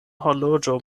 horloĝo